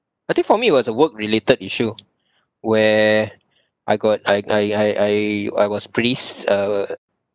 I think for me it was a work related issue where I got I I I I I was pretty uh